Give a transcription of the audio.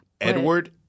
Edward